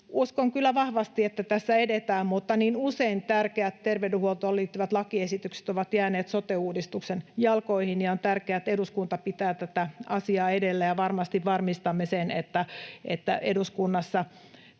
Uskon kyllä vahvasti, että tässä edetään, mutta niin usein tärkeät terveydenhuoltoon liittyvät lakiesitykset ovat jääneet sote-uudistuksen jalkoihin, ja on tärkeää, että eduskunta pitää tätä asiaa esillä ja varmasti varmistamme sen, että eduskunnassa